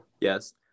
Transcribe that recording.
yes